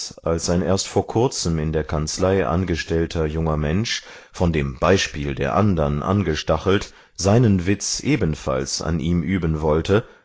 als ein erst vor kurzem in der kanzlei angestellter junger mensch von dem beispiel der andern angestachelt seinen witz ebenfalls an ihm üben wollte